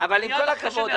אבל עם כל הכבוד,